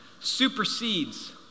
supersedes